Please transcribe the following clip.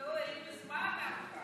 לא, היא מזמן הלכה.